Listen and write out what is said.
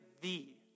thee